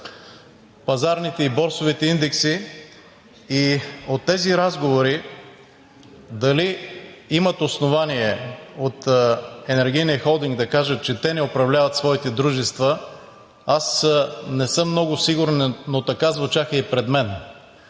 пазарните и борсовите индекси. От тези разговори дали имат основание от Енергийния холдинг да кажат, че те не управляват своите дружества, аз не съм много сигурен, но така звучаха и пред мен